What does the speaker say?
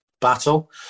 battle